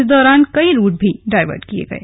इस दौरान कई रूट भी डायवर्ट किये गए